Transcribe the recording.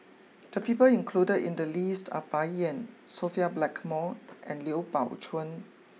the people included in the list are Bai Yan Sophia Blackmore and Liu Pao Chuen